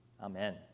Amen